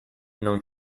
non